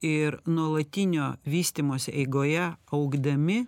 ir nuolatinio vystymosi eigoje augdami